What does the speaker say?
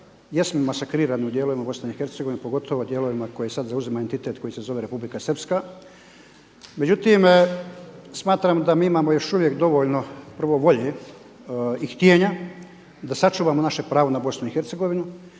jesmo masakrirani u dijelovima BiH, pogotovo dijelovima koji sada zauzima entitet koji se zove Republika Srpska, međutim smatram da mi imamo još uvijek dovoljno prvo volje i htjenja da sačuvamo naše pravo na BiH,